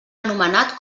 anomenat